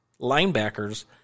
linebackers